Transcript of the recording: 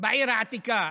בעיר העתיקה?